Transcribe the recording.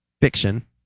fiction